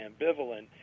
ambivalent